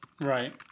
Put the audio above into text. Right